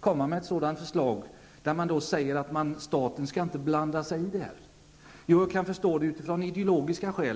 komma med ett förslag där det heter att staten inte skall blanda sig i en sådan här sak, men jag kan förstå det utifrån ideologiska skäl.